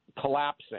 collapsing